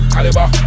Caliber